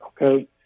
okay